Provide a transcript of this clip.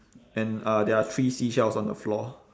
and uh there are three seashells on the floor